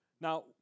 Now